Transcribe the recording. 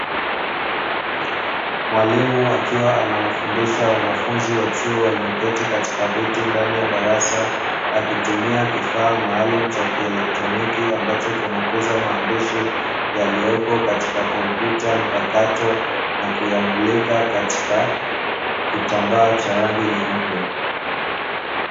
Mwalimu akiwa anawafundisha wanafunzi wa chuo walioketi katika viti ndani ya darasa, akitumia kifaa maalumu cha kielektroniki ambacho kinakuza maandishi yaliyopo katika kompyuta mpakato, na kuyamulika katika kitambaa cha rangi nyeupe.